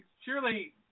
surely